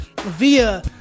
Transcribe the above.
via